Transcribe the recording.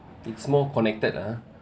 it's more connected ah